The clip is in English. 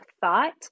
thought